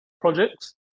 Projects